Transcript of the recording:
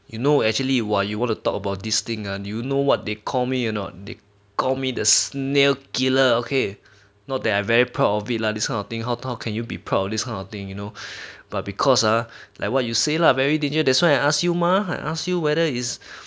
you know actually !wah! you want to talk about this thing on you know what they call me or not they call me the snail killer okay not that I very proud of it lah this kind of thing how how can you be proud of this kind of thing you know but because ah like what you say lah very danger that's why I ask you ma I ask you whether is